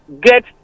get